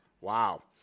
Wow